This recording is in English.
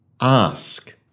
ask